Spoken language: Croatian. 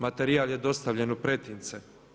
Materijal je dostavljen u pretince.